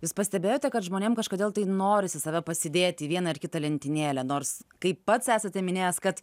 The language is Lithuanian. jūs pastebėjote kad žmonėm kažkodėl tai norisi save pasidėti į vieną ar kitą lentynėlę nors kaip pats esate minėjęs kad